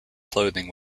clothing